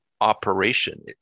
operation